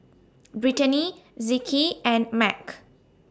Brittanie Zeke and Mack